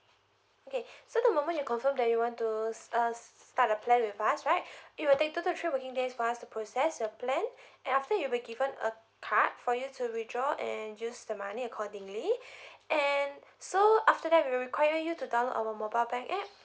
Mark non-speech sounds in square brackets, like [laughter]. okay so the moment you confirm that you want to uh start a plan with us right [breath] it will take two to three working days for us to process your plan and after that you'll be given a card for you to withdraw and use the money accordingly [breath] and so after that we will require you to download our mobile bank app